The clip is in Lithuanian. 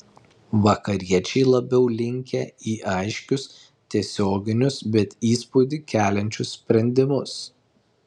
vakariečiai labiau linkę į aiškius tiesioginius bet įspūdį keliančius sprendimus